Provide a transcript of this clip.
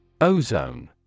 Ozone